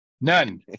None